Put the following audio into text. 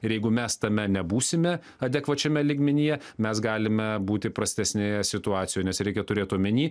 ir jeigu mes tame nebūsime adekvačiame lygmenyje mes galime būti prastesnėje situacijoj nes reikia turėt omeny